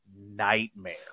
nightmare